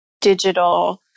digital